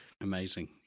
amazing